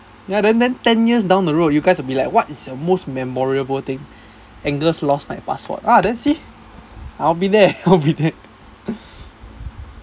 ya then then ten years down the road you guys will be like what is your most memorable thing angus lost my passport ah then see I'll be there I'll be there